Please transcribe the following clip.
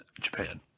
Japan